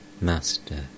Master